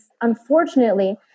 unfortunately